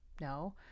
No